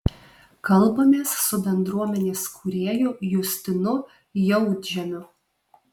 kalbamės su bendruomenės kūrėju justinu jautžemiu